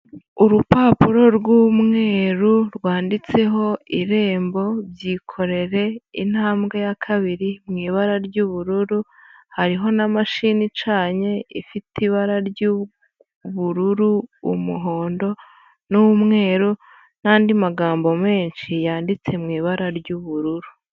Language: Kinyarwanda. Urupapuro rw'umweru rwanditseho irembo byikorere intambwe ya kabiri mu ibara ry'ubururu, hariho na mashini icanye ifite ibara ry'ubururu, umuhondo n'umweru n'andi magambo menshi yanditse mu ibara ry'ubururu.